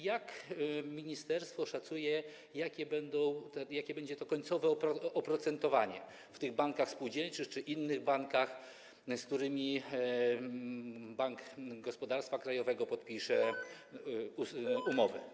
Jak ministerstwo szacuje, jakie będzie to końcowe oprocentowanie w bankach spółdzielczych czy innych bankach, z którymi Bank Gospodarstwa Krajowego podpisze umowy?